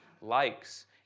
likes